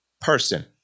person